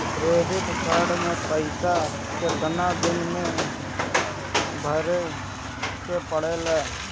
Credit card के पइसा कितना दिन में भरे के पड़ेला?